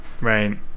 Right